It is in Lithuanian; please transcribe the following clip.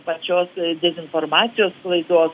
pačios dezinformacijos sklaidos